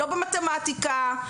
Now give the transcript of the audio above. לא במתמטיקה.